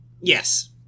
Yes